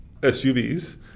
SUVs